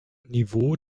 niveau